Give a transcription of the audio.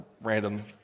random